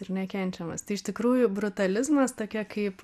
ir nekenčiamas tai iš tikrųjų brutalizmas tokia kaip